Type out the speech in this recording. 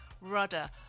Rudder